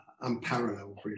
unparalleled